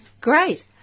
Great